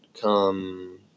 come